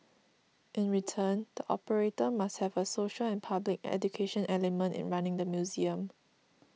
in return the operator must have a social and public education element in running the museum